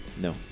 No